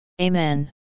Amen